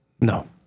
No